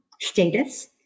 status